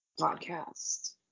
podcast